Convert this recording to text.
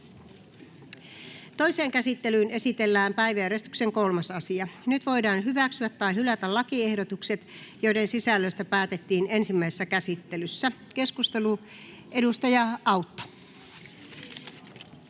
Toiseen käsittelyyn esitellään päiväjärjestyksen 3. asia. Nyt voidaan hyväksyä tai hylätä lakiehdotukset, joiden sisällöstä päätettiin ensimmäisessä käsittelyssä. — Keskustelu, edustaja Autto.